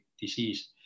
disease